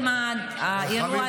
קראתי אותך